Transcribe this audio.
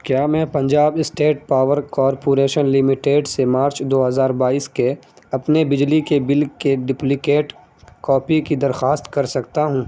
کیا میں Punjab state power corporation limited سے مارچ دو ہزار بائیس کے اپنے بجلی کے بل کے ڈپلیکیٹ کاپی کی درخواست کر سکتا ہوں